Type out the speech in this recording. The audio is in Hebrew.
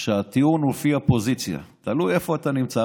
שהטיעון הוא לפי הפוזיציה, תלוי איפה אתה נמצא.